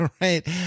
Right